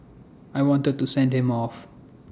I wanted to send him off